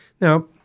Now